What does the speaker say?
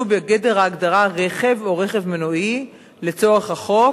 בגדר ההגדרה "רכב" או "רכב מנועי" לצורך החוק,